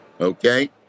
okay